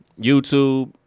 YouTube